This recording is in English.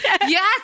Yes